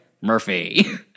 Murphy